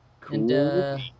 Cool